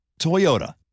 Toyota